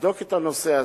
שתבדוק את הנושא הזה.